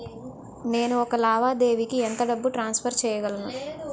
నేను ఒక లావాదేవీకి ఎంత డబ్బు ట్రాన్సఫర్ చేయగలను?